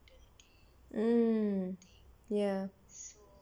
mm ya